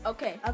Okay